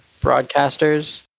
broadcasters